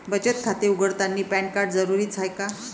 बचत खाते उघडतानी पॅन कार्ड जरुरीच हाय का?